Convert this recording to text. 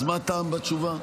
אז מה הטעם בתשובה?